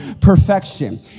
perfection